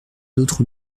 d’autre